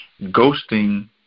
Ghosting